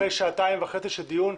אחרי שעתיים וחצי של דיון,